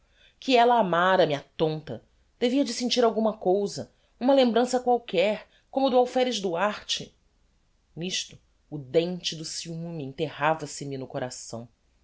que ella amara me a tonta devia de sentir alguma cousa uma lembrança qualquer como do alferes duarte nisto o dente do ciume enterrava se me no coração